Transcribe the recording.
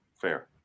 Fair